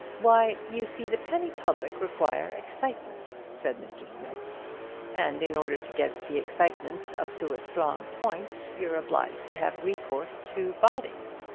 why, you see, the penny public require excitement, said mr. smith and in order to get the excitement up to a strong point, you're obliged to have recourse to bodies.